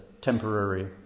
temporary